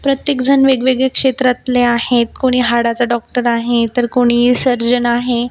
प्रत्येक जण वेगवेगळ्या क्षेत्रातले आहेत कुणी हाडाचा डॉक्टर आहे तर कुणी सर्जन आहे